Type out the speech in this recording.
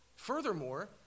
Furthermore